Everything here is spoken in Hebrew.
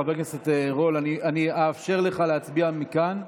חבר הכנסת רול, אני אאפשר לך להצביע מכאן,